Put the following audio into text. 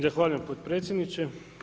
Zahvaljujem potpredsjedniče.